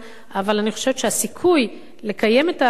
אבל אני חושבת שהסיכוי לקיים את הפרויקט